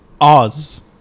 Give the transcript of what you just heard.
Oz